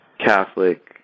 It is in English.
Catholic